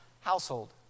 household